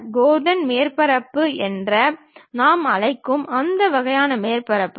கோர்டன் மேற்பரப்புகள் என்று நாம் அழைக்கும் அந்த வகையான மேற்பரப்புகள்